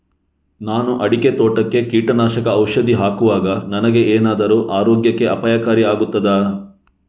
ನಾನು ಅಡಿಕೆ ತೋಟಕ್ಕೆ ಕೀಟನಾಶಕ ಔಷಧಿ ಹಾಕುವಾಗ ನನಗೆ ಏನಾದರೂ ಆರೋಗ್ಯಕ್ಕೆ ಅಪಾಯಕಾರಿ ಆಗುತ್ತದಾ?